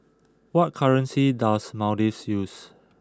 what currency does Maldives use